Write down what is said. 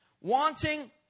Wanting